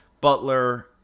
Butler